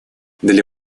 для